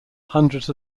hundreds